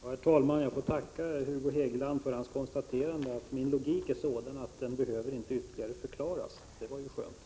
Herr talman! Jag får tacka Hugo Hegeland för hans konstaterande att min logik är sådan att den inte behöver ytterligare förklaras. Det var ju skönt.